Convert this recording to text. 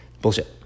bullshit